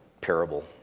parable